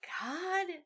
God